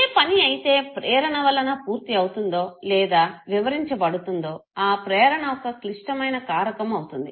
ఏ పని అయితే ప్రేరణ వలన పూర్తి అవుతుందో లేదా వివరించబడుతుందో ఆ ప్రేరణ ఒక క్లిష్టమైన కారకం అవుతుంది